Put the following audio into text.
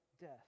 death